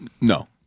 No